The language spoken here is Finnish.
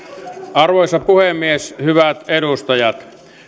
arvoisa puhemies hyvät edustajat